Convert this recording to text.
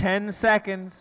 ten seconds